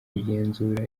kugenzura